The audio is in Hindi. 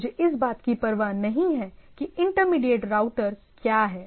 मुझे इस बात की परवाह नहीं है कि इंटरमीडिएट राउटर क्या है